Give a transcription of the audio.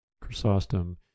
Chrysostom